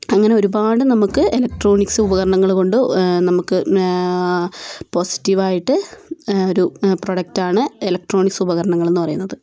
അങ്ങനെ ഒരുപാടു നമുക്ക് ഇലക്ട്രോണിക്സ് ഉപകരണങ്ങൾ കൊണ്ട് നമുക്ക് പോസിറ്റിവായിട്ട് ഒരു പ്രൊഡക്ടാണ് ഇലക്ട്രോണിക്സ് ഉപകരങ്ങളെന്ന് പറയുന്നത്